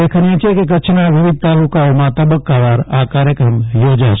ઉલ્લેખનીય છે કે કચ્છના વિવિધ તાલુકાઓમાં તબક્કાવાર આ કાર્યક્રમ યોજાશે